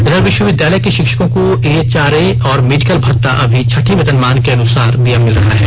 इधर विष्वविद्यालय के षिक्षकों को एचआरए और मेडिकल भत्ता अभी छठे वेतनमान के अनुसार ही मिल रहा है